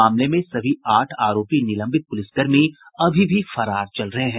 मामले के सभी आठ आरोपी निलंबित पुलिसकर्मी अभी भी फरार हैं